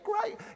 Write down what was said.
great